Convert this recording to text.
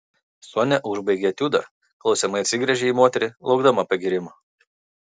sonia užbaigė etiudą klausiamai atsigręžė į moterį laukdama pagyrimo